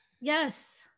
Yes